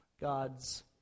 god's